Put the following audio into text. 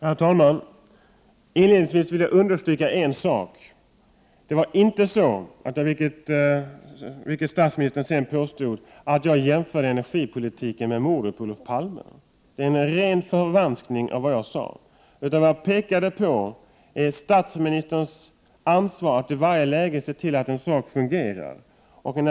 Herr talman! Inledningsvis vill jag understryka en sak. Jag jämförde inte, vilket statsministern sedan påstod, energipolitiken med mordet på Olof Palme. Det är en ren förvanskning av det jag sade. Det jag pekade på var statsministerns ansvar för att i varje läge se till att en sak fungerar.